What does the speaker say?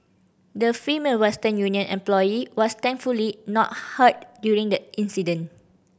the Female Western Union employee was thankfully not hurt during the incident